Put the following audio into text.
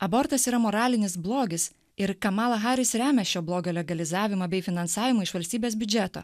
abortas yra moralinis blogis ir kamala harris remia šio blogio legalizavimą bei finansavimą iš valstybės biudžeto